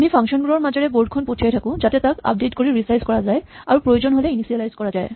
আমি ফাংচনবোৰৰ মাজেৰে বৰ্ড খন পঠিয়াই থাকো যাতে তাক আপডেট কৰি ৰিচাইজ কৰা যায় আৰু প্ৰয়োজন হ'লে ইনিচিয়েলাইজ কৰা যায়